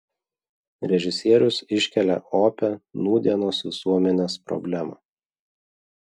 režisierius iškelia opią nūdienos visuomenės problemą